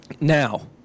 Now